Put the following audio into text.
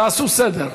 תעשו סדר.